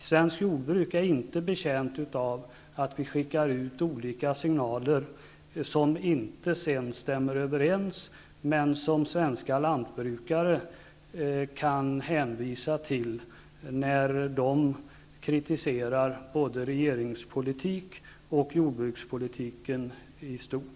Svenskt jordbruk är inte betjänt av att vi skickar ut olika signaler som sedan inte stämmer överens, men som svenska lantbrukare kan hänvisa till när de kritiserar jordbrukspolitiken och regeringspolitiken i stort.